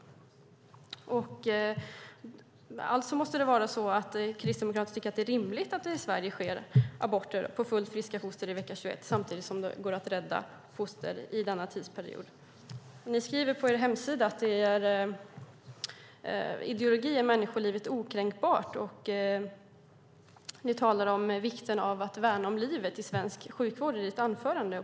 Det måste alltså vara så att Kristdemokraterna tycker att det är rimligt att det sker aborter av fullt friska foster i vecka 21 i Sverige samtidigt som det går att rädda foster i denna vecka. Ni skriver på er hemsida att i er ideologi är människolivet okränkbart. Du talade om vikten av att värna livet i svensk sjukvård i ditt anförande.